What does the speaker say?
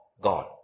God